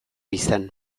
izan